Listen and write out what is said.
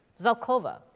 Zalkova